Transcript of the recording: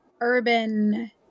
urban